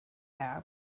arab